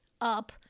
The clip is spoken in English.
up